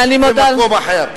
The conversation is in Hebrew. אלא במקום אחר.